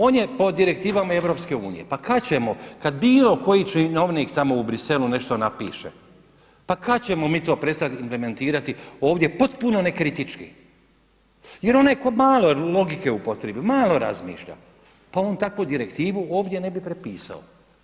On je po direktivama EU, pa kada ćemo kad bilo koji činovnik tamo u Burxellesu nešto napiše, pa kada ćemo mi to prestati implementirati ovdje potpuno nekritički jer onaj tko malo logike upotrijebi, malo razmišlja pa on takvu direktivu ovdje ne bi prepisao.